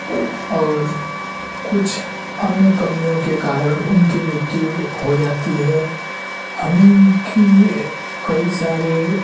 और कुछ अन्य कमियों के कारण उनकी मृत्यु हो जाती है हमें इनकी कई सारे